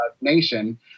nation